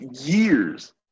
years